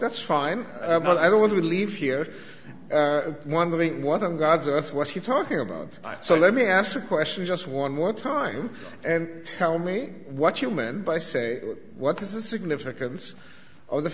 that's fine but i don't want to leave here wondering what i'm god's us what's he talking about so let me ask the question just one more time and tell me what you meant by say what is the significance of the